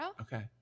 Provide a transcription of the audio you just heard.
Okay